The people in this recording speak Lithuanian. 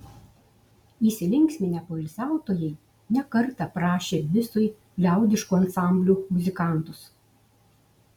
įsilinksminę poilsiautojai ne kartą prašė bisui liaudiškų ansamblių muzikantus